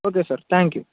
okay sir thank you